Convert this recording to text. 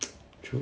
true